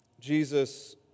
Jesus